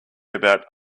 about